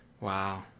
Wow